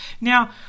Now